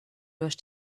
durch